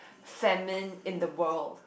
famine in the world